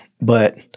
but-